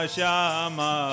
Shama